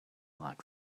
like